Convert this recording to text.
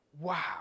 Wow